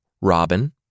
Robin